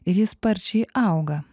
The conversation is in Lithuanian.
ir ji sparčiai auga